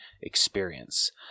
experience